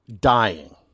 Dying